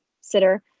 sitter